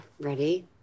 ready